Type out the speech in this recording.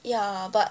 ya but